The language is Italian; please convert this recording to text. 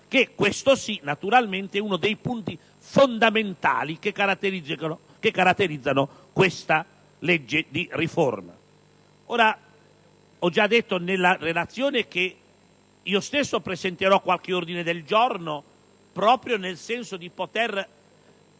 che naturalmente è uno dei punti fondamentali che caratterizzano questa legge di riforma. Ho già detto nella relazione che io stesso presenterò qualche ordine del giorno proprio nel senso di